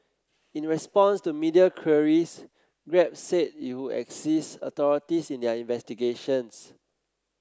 in response to media queries Grab said it would assist authorities in their investigations